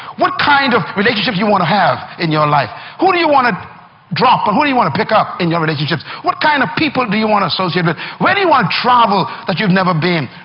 what kind of relationship you want to have in your life? who do you want to drop and but who do you want to pick up in your relationships? what kind of people do you want to associate with? where do you want to travel, that you've never been?